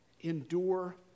Endure